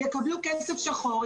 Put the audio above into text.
יקבלו כסף שחור,